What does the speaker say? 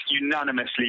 unanimously